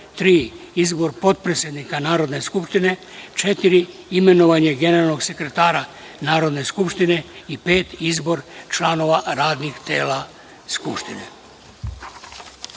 Izbor potpredsednika Narodne skupštine;4. Imenovanje generalnog sekretara Narodne skupštine;5. Izbor članova radnih tela Narodne